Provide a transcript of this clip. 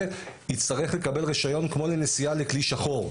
הוא יצטרך לקבל רישיון כמו לנשיאה של כלי שחור,